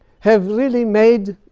have really made